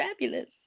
fabulous